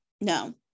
No